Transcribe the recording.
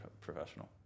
professional